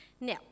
Now